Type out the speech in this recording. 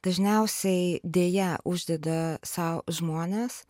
dažniausiai deja uždeda sau žmonės